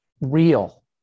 real